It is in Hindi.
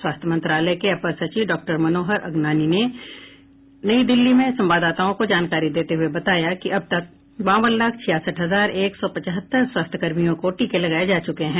स्वास्थ्य मंत्रालय के अपर सचिव डॉक्टर मनोहर अगनानी ने नई दिल्ली में संवाददाताओं को जानकारी देते हुए बताया कि अब तक बावन लाख छियासठ हजार एक सौ पचहत्तर स्वास्थ्यकर्मियों को टीके लगाए जा चुके हैं